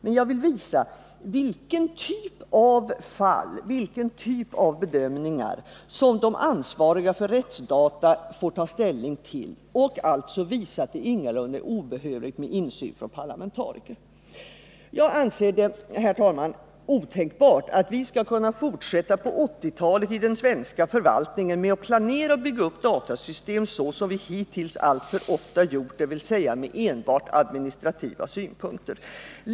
Men jag har velat visa vilken typ av bedömningar som de ansvariga för RÄTTSDATA får göra och därmed visa att det ingalunda är obehövligt med insyn från parlamentariker. Jag anser det, herr talman, otänkbart att vi i den svenska förvaltningen på 1980-talet skall kunna fortsätta med att planera och bygga upp datasystem såsom vi hittills alltför ofta gjort, dvs. med enbart administrativa synpunkter.